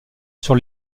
sur